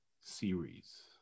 Series